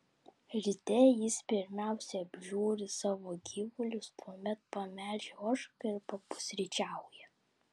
ryte jis pirmiausia apžiūri savo gyvulius tuomet pamelžia ožką ir papusryčiauja